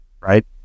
Right